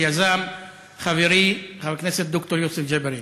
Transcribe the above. שיזם חברי חבר הכנסת ד"ר יוסף ג'בארין,